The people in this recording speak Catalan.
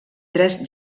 tres